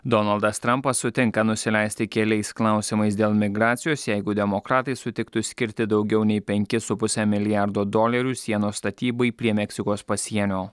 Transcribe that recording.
donaldas trampas sutinka nusileisti keliais klausimais dėl migracijos jeigu demokratai sutiktų skirti daugiau nei penkis su puse milijardo dolerių sienos statybai prie meksikos pasienio